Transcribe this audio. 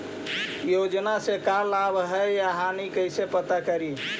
योजना से का लाभ है या हानि कैसे पता करी?